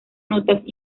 notas